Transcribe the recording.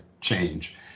change